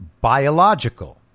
biological